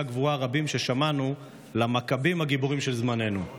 הגבורה הרבים ששמענו על המכבים הגיבורים של זמננו.